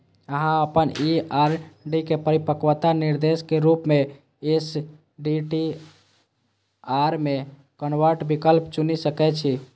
अहां अपन ई आर.डी के परिपक्वता निर्देश के रूप मे एस.टी.डी.आर मे कन्वर्ट विकल्प चुनि सकै छी